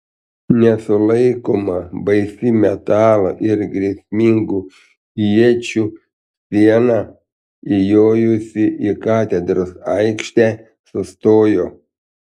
nesulaikoma baisi metalo ir grėsmingų iečių siena įjojusi į katedros aikštę sustojo